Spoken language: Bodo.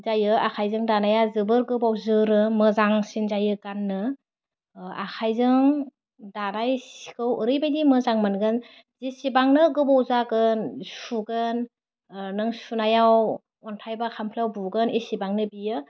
जायो आखाइजों दानाया जोबोर गोबाव जोरो मोजांसिन जायो गान्नो आखाइजों दानाय सिखौ ओरैबायदि मोजां मोनगोन जिसिबांनो गोबाव जागोन सुगोन नों सुनायाव अन्थाइ बा खामफ्लायाव बुगोन एसेबांनो बियो